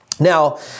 Now